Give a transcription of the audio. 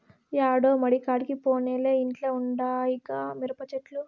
యాడో మడికాడికి పోనేలే ఇంట్ల ఉండాయిగా మిరపచెట్లు